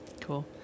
Cool